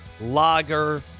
Lager